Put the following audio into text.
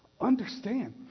understand